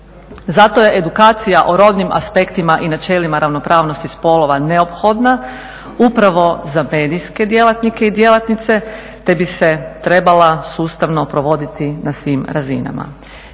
Zato je edukacija o rodnim aspektima i načelima ravnopravnosti spolova neophodna upravo za medijske djelatnike i djelatnice, te bi se trebala sustavno provoditi na svim razinama.